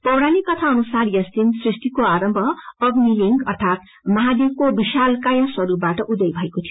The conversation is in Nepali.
पौराणिक कथा अनुसार यसदिन सृष्टिको आरम्भ अग्निलिंग अर्थात महादेवको विशालकाय स्वरूपबाट उदयभएको थियो